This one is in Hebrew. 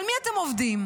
על מי אתם עובדים?